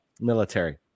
military